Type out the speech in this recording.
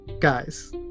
guys